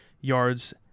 yards